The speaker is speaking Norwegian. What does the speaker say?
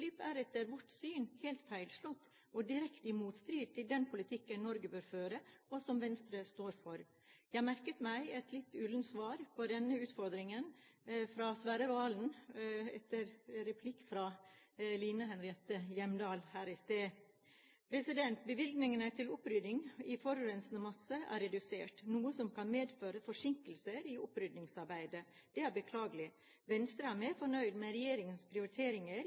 utslipp er etter vårt syn helt feilslått og direkte i motstrid til den politikken Norge bør føre, og som Venstre står for. Jeg merket meg et litt ullent svar fra Serigstad Valen på denne utfordringen i replikk fra Line Henriette Hjemdal her i sted. Bevilgningene til opprydding i forurensende masser er redusert, noe som kan medføre forsinkelser i oppryddingsarbeidet. Det er beklagelig. Venstre er mer fornøyd med regjeringens prioriteringer